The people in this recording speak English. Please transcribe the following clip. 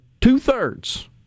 two-thirds